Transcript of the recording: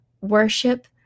worship